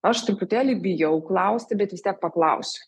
aš truputėlį bijau klausti bet vis tiek paklausiu